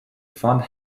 fund